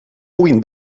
puguin